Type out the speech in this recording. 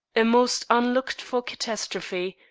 a most unlooked-for catastrophe,